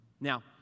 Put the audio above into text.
Now